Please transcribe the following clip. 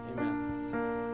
Amen